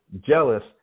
jealous